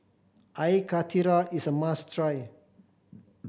Air Karthira is a must try